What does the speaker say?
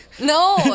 No